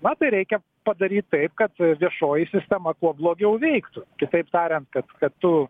na tai reikia padaryt taip kad viešoji sistema kuo blogiau veiktų kitaip tariant kad kad tu